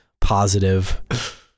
positive